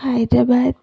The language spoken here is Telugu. హైదరాబాదు